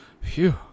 Phew